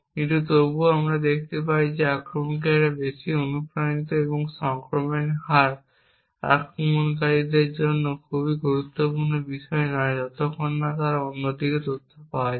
কিন্তু তবুও আমরা দেখতে পাই যে আক্রমণকারীরা বেশ অনুপ্রাণিত এবং সংক্রমণের হার আক্রমণকারীদের জন্য খুব গুরুত্বপূর্ণ বিষয় নয় যতক্ষণ না অন্য দিকে তথ্য পাওয়া যায়